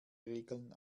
regeln